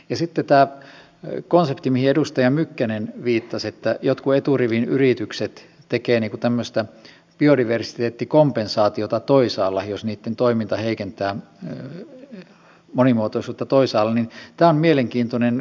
sitten tämä konsepti mihin edustaja mykkänen viittasi että jotkut eturivin yritykset tekevät tämmöistä biodiversiteettikompensaatiota toisaalla jos niitten toiminta heikentää monimuotoisuutta toisaalla on mielenkiintoinen konsepti